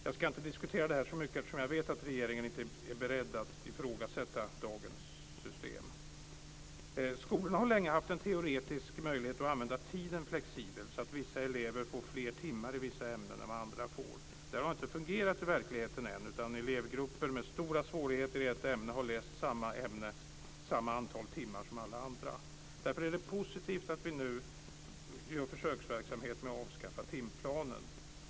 Jag ska inte diskutera det här så mycket, eftersom jag vet att regeringen inte är beredd att ifrågasätta dagens system. Skolan har länge haft en teoretisk möjlighet att använda tiden flexibelt så att vissa elever får fler timmar i vissa ämnen än vad andra elever får. Detta har ännu inte fungerat i verkligheten, utan elevgrupper med stora svårigheter i ett ämne har läst samma ämne i samma antal timmar som alla andra. Därför är det positivt att man nu genomför en försöksverksamhet med att avskaffa timplanen.